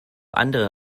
andere